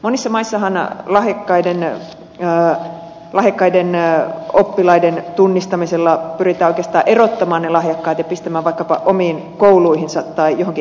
monissa maissahan lahjakkaiden oppilaiden tunnistamisella pyritään oikeastaan erottamaan lahjakkaat ja pistämään vaikkapa omiin kouluihinsa tai joihinkin erityisohjelmiin